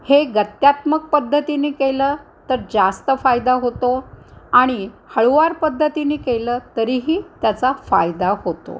हे गत्यात्मक पद्धतीने केलं तर जास्त फायदा होतो आणि हळूवार पद्धतीने केलं तरीही त्याचा फायदा होतो